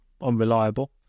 unreliable